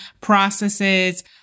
processes